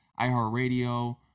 iHeartRadio